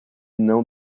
não